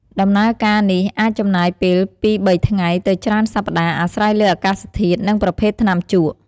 ដំណើរការនេះអាចចំណាយពេលពីរបីថ្ងៃទៅច្រើនសប្តាហ៍ អាស្រ័យលើអាកាសធាតុ និងប្រភេទថ្នាំជក់។